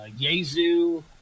Yezu